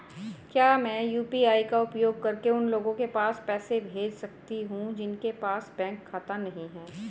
क्या मैं यू.पी.आई का उपयोग करके उन लोगों के पास पैसे भेज सकती हूँ जिनके पास बैंक खाता नहीं है?